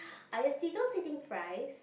are your seagulls eating fries